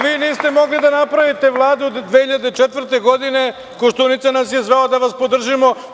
Vi niste mogli da napravite vladu od 2004. godine, Koštunica nas je zvao da vas podržimo.